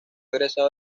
egresado